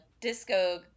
disco